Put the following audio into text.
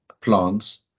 plants